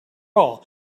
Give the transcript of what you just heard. all